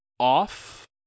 off